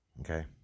okay